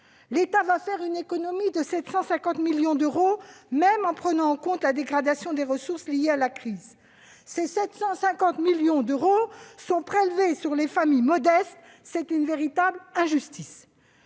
L'État fera une économie de 750 millions d'euros, même si l'on prend en compte la dégradation des ressources liée à la crise. Ces 750 millions d'euros seront prélevés sur les familles modestes : c'est une véritable injustice